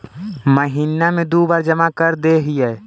महिना मे दु बार जमा करदेहिय?